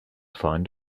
find